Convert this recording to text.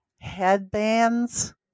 headbands